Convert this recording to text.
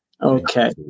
Okay